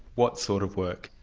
what sort of work?